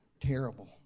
terrible